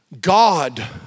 God